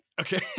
Okay